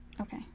okay